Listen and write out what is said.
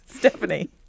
Stephanie